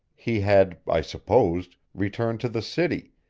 he had, i supposed, returned to the city,